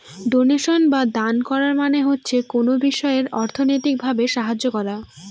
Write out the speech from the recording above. donation বা দেন করা মানে হচ্ছে কোনো বিষয়ে অর্থনৈতিক ভাবে সাহায্য করা